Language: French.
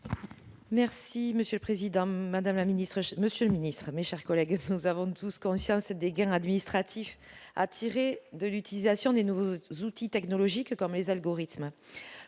Merci Monsieur le Président, Madame la Ministre, je Monsieur le Ministre, mes chers collègues, que nous avons tous conscience dégaine administratif a tirer de l'utilisation des nouveaux outils technologiques comme les algorithmes